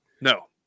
no